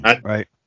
Right